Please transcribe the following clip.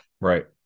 Right